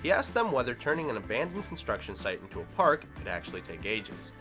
he asked them whether turning an abandoned construction site into a park could actually take ages.